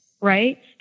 Right